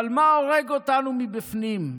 מה הורג אותנו מבפנים?